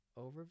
overview